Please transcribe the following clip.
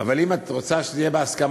אבל אם את רוצה שזה יהיה בהסכמה,